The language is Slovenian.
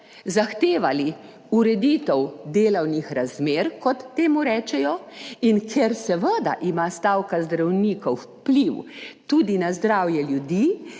zahtevali ureditev delovnih razmer, kot temu rečejo. In ker seveda ima stavka zdravnikov vpliv tudi na zdravje ljudi,